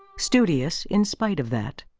studious, in spite of that.